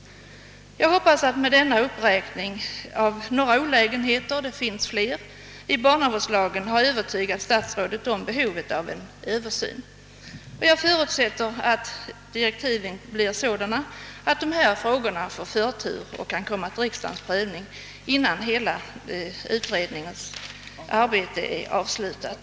Jag hoppas att jag med denna uppräkning av några olägenheter med den nuvarande barnavårdslagens utformning — det finns flera — har övertygat statsrådet om behovet av en översyn av densamma. Jag förutsätter att direktiven blir sådana att dessa frågor kan komma under riksdagens prövning innan utredningens arbete är avslutat.